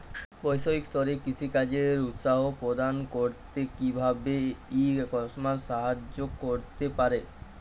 বৈষয়িক স্তরে কৃষিকাজকে উৎসাহ প্রদান করতে কিভাবে ই কমার্স সাহায্য করতে পারে?